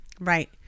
Right